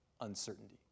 uncertainty